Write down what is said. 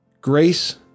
grace